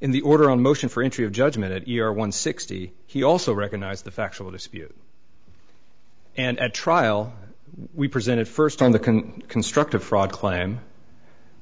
in the order of motion for entry of judgment at year one sixty he also recognized the factual dispute and at trial we presented first on the can construct a fraud claim